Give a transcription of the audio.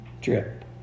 drip